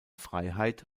freiheit